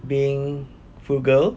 being frugal